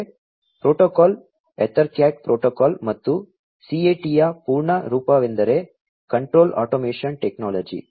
ಮುಂದೆ protocol EtherCAT protocol ಮತ್ತು ಸಿಎಟಿಯ ಪೂರ್ಣ ರೂಪವೆಂದರೆ ಕಂಟ್ರೋಲ್ ಆಟೊಮೇಷನ್ ಟೆಕ್ನಾಲಜಿ